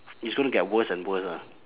it's going to get worse and worse ah